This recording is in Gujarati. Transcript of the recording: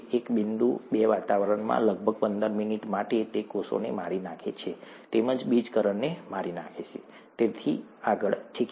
એક બિંદુ બે વાતાવરણમાં લગભગ 15 મિનિટ માટે તે કોષોને મારી નાખે છે તેમજ બીજકણને મારી નાખે છે અને તેથી આગળ ઠીક છે